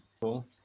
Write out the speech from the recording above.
Cool